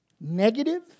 negative